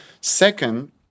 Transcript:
Second